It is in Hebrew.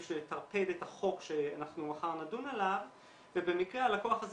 כדי לטרפד את החוק שמחר נדון עליו ובמקרה הלקוח הזה